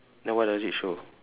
then what does it show